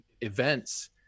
events